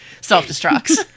self-destructs